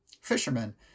fishermen